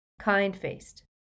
kind-faced